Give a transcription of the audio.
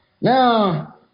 Now